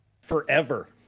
forever